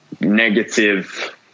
negative